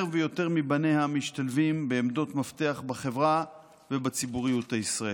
יותר ויותר מבניה משתלבים בעמדות מפתח בחברה ובציבוריות הישראלית.